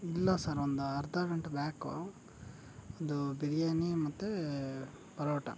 ಇಲ್ಲ ಸರ್ ಒಂದು ಅರ್ಧ ಗಂಟೆ ಬ್ಯಾಕು ಒಂದು ಬಿರಿಯಾನಿ ಮತ್ತು ಪರೋಟ